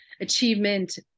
achievement